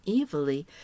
evilly